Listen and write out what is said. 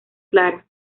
clara